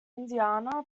indiana